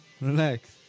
relax